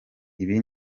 ibi